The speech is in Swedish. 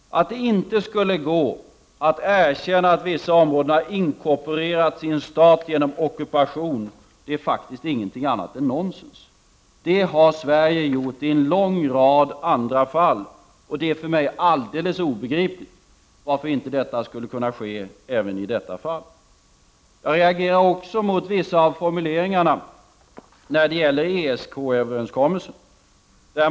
Att det inte skulle gå att erkänna att vissa områden har inkorporerats i en stat genom ockupation är faktiskt ingenting annat än nonsens. Det har Sverige gjort i en lång rad andra fall, och det är för mig alldeles obegripligt varför det inte skulle kunna ske i detta fall. Jag reagerar också mot vissa av formuleringarna när det gäller ESK-överenskommelsen.